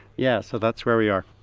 yes, so that's where we are.